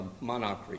Monarchy